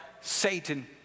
Satan